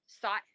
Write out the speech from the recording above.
sought